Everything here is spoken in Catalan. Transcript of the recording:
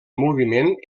moviment